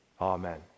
Amen